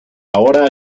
ahora